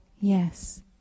yes